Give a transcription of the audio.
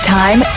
time